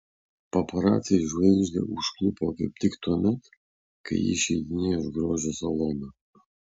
paparaciai žvaigždę užklupo kaip tik tuomet kai ji išeidinėjo iš grožio salono